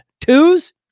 Twos